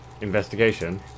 Investigation